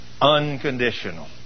unconditional